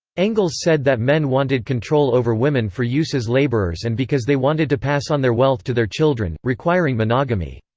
engels said that men wanted control over women for use as laborers and because they wanted to pass on their wealth to their children, requiring monogamy.